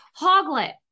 hoglet